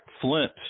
Flint